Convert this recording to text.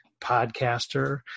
podcaster